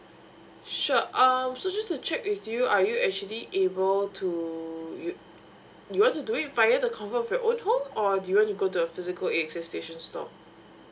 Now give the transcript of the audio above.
sure um so just to check with you are you actually able to you you want to do it via the comfort of your own home or do you want to go to a physical A access station store